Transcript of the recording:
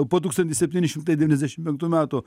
po tūkstantis septyni šimtai devyniasdešim penktų metų